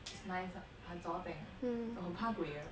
it's nice lah 很 tzor teng 我很怕鬼的 leh